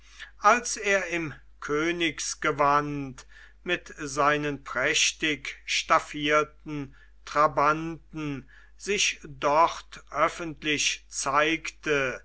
als er im königsgewand mit seinen prächtig staffierten trabanten sich dort öffentlich zeigte